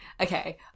Okay